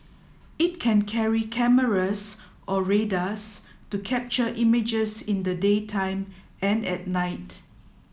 it can carry cameras or radars to capture images in the daytime and at night